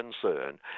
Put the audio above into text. concern